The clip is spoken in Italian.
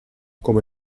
come